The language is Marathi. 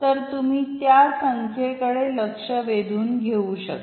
तर तुम्ही त्या संख्येकडे लक्ष वेधून घेऊ शकता